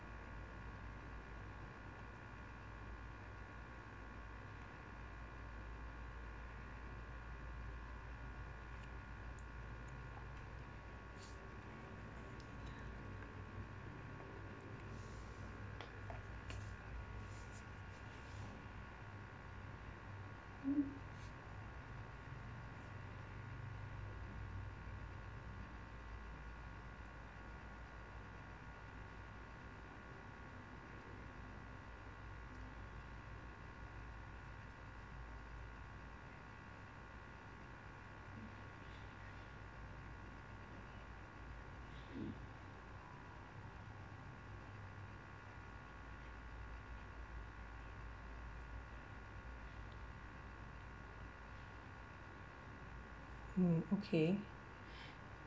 mm okay